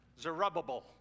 Zerubbabel